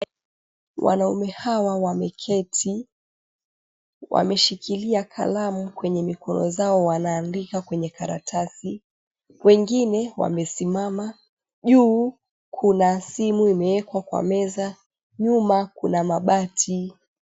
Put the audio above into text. Wanaume hawa wameketi wameshikilia kalamu kwenye mikono zao wanaandika kwenye karatasi, wengine wamesimama. Juu kuna simu imewekwa kwa meza, nyuma kuna kabati.